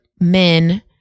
men